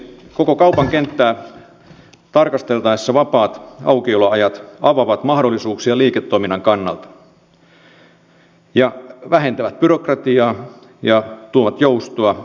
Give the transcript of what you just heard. koko kaupan kenttää tarkasteltaessa vapaat aukioloajat avaavat mahdollisuuksia liiketoiminnan kannalta vähentävät byrokratiaa ja tuovat joustoa